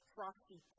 Frosty